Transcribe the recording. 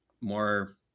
more